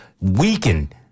weaken